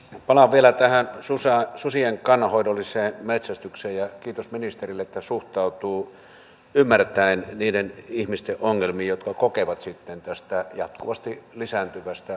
palaan vielä tähän susien kannanhoidolliseen metsästykseen ja kiitos ministerille että suhtautuu ymmärtäen niiden ihmisten ongelmiin jotka kokevat huolta tästä jatkuvasti lisääntyvästä susikannasta